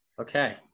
Okay